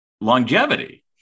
longevity